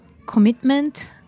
commitment